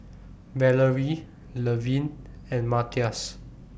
Valarie Levin and Matias